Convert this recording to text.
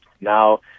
Now